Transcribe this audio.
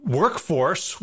workforce